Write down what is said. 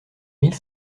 mille